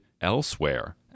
elsewhere